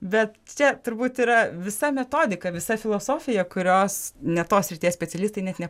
bet čia turbūt yra visa metodika visa filosofija kurios ne tos srities specialistai net ne